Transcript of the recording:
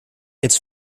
its